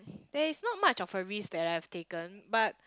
there is not much of a risk that I've taken but